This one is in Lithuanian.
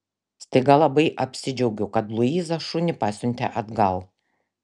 staiga labai apsidžiaugiau kad luiza šunį pasiuntė atgal